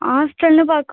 ஹாஸ்டல்னு பாக்க